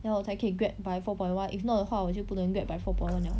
then 我才可以 grad by four point one if not 的话我就不能 grad by four point one 了